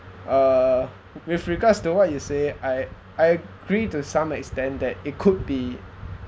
uh with regards to what you say I I agree to some extent that it could be